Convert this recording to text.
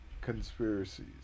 Conspiracies